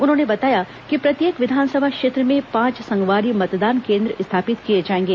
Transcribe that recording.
उन्होंने बताया कि प्रत्येक विधानसभा क्षेत्र में पांच संगवारी मतदान केन्द्र स्थापित किए जाएंगे